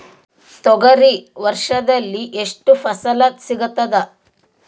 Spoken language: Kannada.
ತೊಗರಿ ವರ್ಷದಲ್ಲಿ ಎಷ್ಟು ಫಸಲ ಸಿಗತದ?